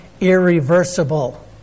irreversible